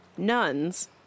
nuns